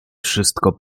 wszystko